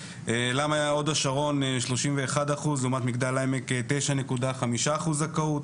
למה הוד השרון היא 31% לעומת מגדל העמק 9.5% זכאות,